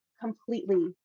completely